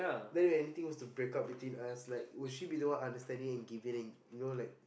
then if anything was to break up between us like would she be the one understanding and giving in you know like